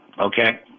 okay